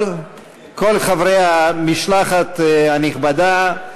כל חברי המשלחת הנכבדה,